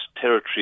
territory